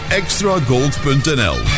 extragold.nl